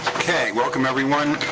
okay, welcome, everyone.